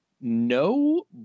No